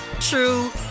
true